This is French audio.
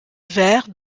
verre